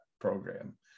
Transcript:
program